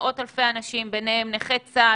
מאות אלפי נכי צה"ל,